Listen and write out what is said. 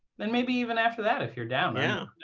and maybe even after that if you're down. yeah.